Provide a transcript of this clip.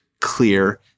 clear